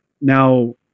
Now